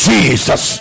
Jesus